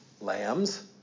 lambs